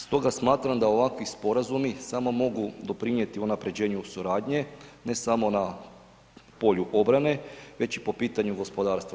Stoga smatram da ovakvi sporazumi samo mogu doprinijeti unapređenju suradnje, ne samo na polju obrane, već i po pitanju gospodarstva.